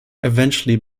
eventually